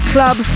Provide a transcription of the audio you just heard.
Club